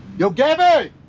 yo gabby!